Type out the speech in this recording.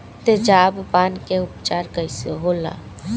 तेजाब पान के उपचार कईसे होला?